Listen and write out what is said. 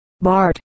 Bart